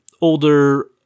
older